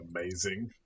amazing